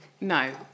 No